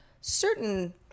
certain